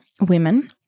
women